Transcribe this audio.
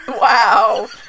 wow